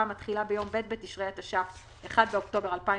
המתחילה ביום ב' בתשרי התש"ף (1 באוקטובר 2019)